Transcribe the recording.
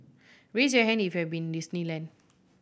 raise your hand if you have been Disneyland